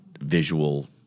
visual